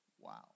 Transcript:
Wow